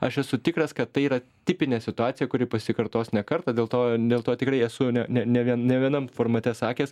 aš esu tikras kad tai yra tipinė situacija kuri pasikartos ne kartą dėl to dėl to tikrai esu ne ne ne vien ne vienam formate sakęs